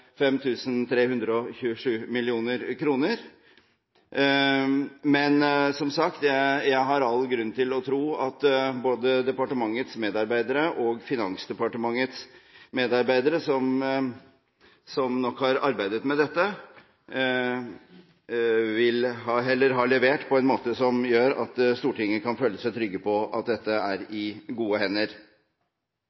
Men, som sagt, jeg har all grunn til å tro at både Kulturdepartementets medarbeidere og Finansdepartementets medarbeidere, som nok har arbeidet med dette, har levert på en måte som gjør at Stortinget kan føle seg trygg på at dette er